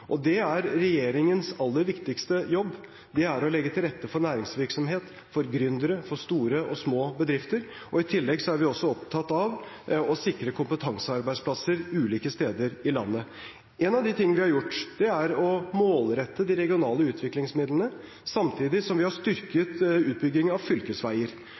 Det er regjeringens aller viktigste jobb: å legge til rette for næringsvirksomhet, for gründere, for store og små bedrifter. I tillegg er vi opptatt av å sikre kompetansearbeidsplasser ulike steder i landet. En av de tingene vi har gjort, er å målrette de regionale utviklingsmidlene, samtidig som vi har styrket utbyggingen av fylkesveier.